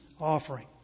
offering